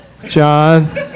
John